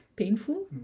painful